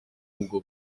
ubwo